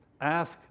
ask